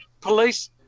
police